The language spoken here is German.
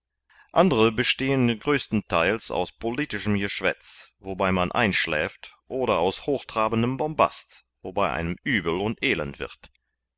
andere bestehen größtentheils aus politischem geschwätz wobei man einschläft oder aus hochtrabendem bombast wobei einem übel und elend wird